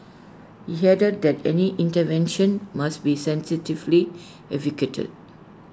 he added that any intervention must be sensitively